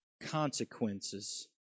consequences